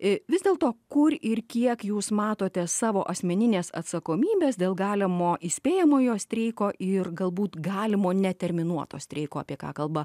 į vis dėl to kur ir kiek jūs matote savo asmeninės atsakomybės dėl galimo įspėjamojo streiko ir galbūt galimo neterminuoto streiko apie ką kalba